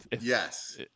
yes